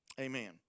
Amen